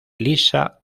lisa